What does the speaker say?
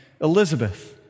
Elizabeth